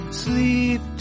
sleep